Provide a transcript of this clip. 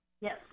Yes